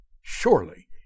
surely